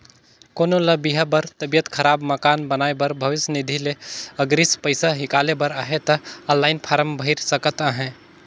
कोनो ल बिहा बर, तबियत खराब, मकान बनाए बर भविस निधि ले अगरिम पइसा हिंकाले बर अहे ता ऑनलाईन फारम भइर सकत अहे